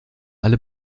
alle